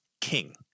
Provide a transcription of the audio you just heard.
king